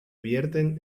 vierten